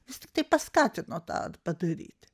vis tiktai paskatino tą padaryti